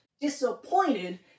disappointed